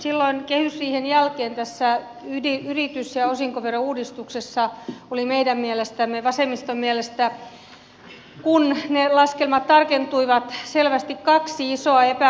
silloin kehysriihen jälkeen tässä yritys ja osinkoverouudistuksessa oli meidän mielestämme vasemmiston mielestä kun ne laskelmat tarkentuivat selvästi kaksi isoa epäkohtaa